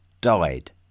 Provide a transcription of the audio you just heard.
died